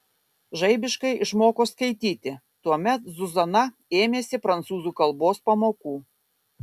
žaibiškai išmoko skaityti tuomet zuzana ėmėsi prancūzų kalbos pamokų